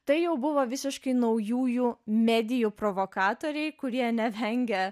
tai jau buvo visiškai naujųjų medijų provokatoriai kurie nevengė